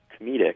comedic